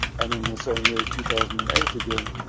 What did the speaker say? and in the same year two thousand and eight, again,